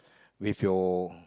with your